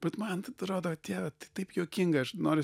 bet man atrodo dieve tai taip juokinga aš noriu